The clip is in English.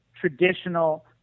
traditional